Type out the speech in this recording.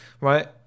right